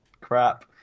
crap